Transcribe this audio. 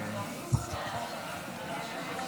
זיכרונו לברכה,